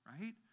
right